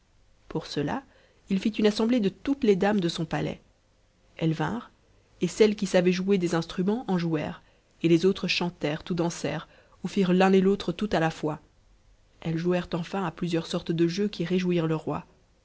pour cela il fit une assemblée de toutes les dames de son palais elles vinrent et celles qui savaient jouer des instruments en jouèrent et les autres chantèrent ou dansèrent ou firent l'un et l'autre tout à la fois elles jouèrent enfin à plusieurs sorte de jeux qui réjouirent le roi